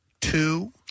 two